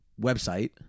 website